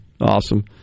Awesome